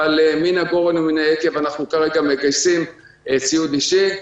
אבל מן הגורן ומן היקב אנחנו כרגע מגייסים ציוד אישי.